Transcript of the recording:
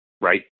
Right